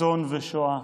אסון ושואה.